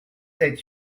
sept